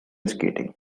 skating